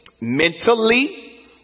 mentally